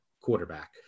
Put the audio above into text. quarterback